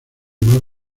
más